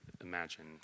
imagine